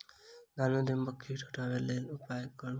धान सँ दीमक कीट हटाबै लेल केँ उपाय करु?